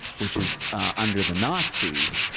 which is under the nazis,